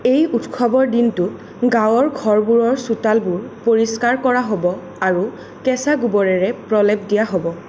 এই উৎসৱৰ দিনটোত গাঁৱৰ ঘৰবোৰৰ চোতালবোৰ পৰিষ্কাৰ কৰা হ'ব আৰু কেঁচা গোবৰেৰে প্ৰলেপ দিয়া হ'ব